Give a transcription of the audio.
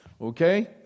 okay